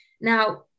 now